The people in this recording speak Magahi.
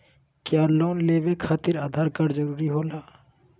क्या लोन लेवे खातिर आधार कार्ड जरूरी होला?